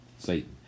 Satan